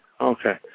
okay